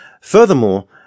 Furthermore